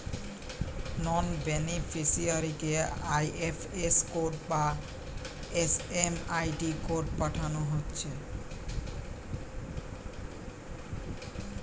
নন বেনিফিসিয়ারিকে IFS code বা MMID code পাঠানা হচ্ছে